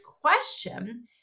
question